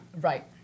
Right